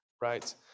right